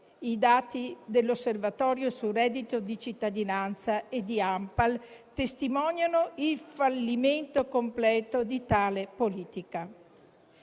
i dati dell'osservatorio sul reddito di cittadinanza e di ANPAL testimoniano il fallimento completo di tale politica.